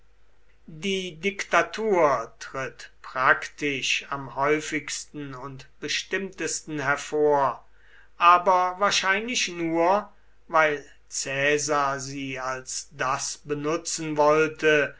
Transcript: die diktatur tritt praktisch am häufigsten und bestimmtesten hervor aber wahrscheinlich nur weil caesar sie als das benutzen wollte